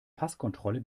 passkontrolle